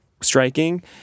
striking